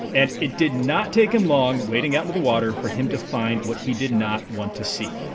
and it did not take him long, wading out into the water, for him to find what he did not want to see